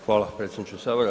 Hvala predsjedniče Sabora.